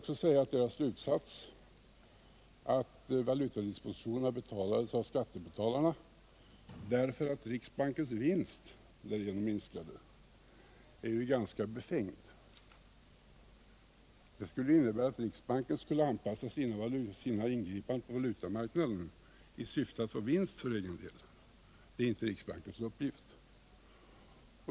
Slutsatsen att valutadispositionerna betalades av skattebetalarna, därför att riksbankens vinst därigenom minskade, är ganska befängd. Det skulle innebära att riksbanken anpassade sina ingripanden på valutmarknaden i syfte att få vinst för egen del. Det är inte riksbankens uppgift.